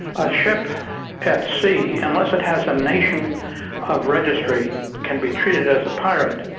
a ship at sea, unless it has a nation of registry, can be treated as a pirate,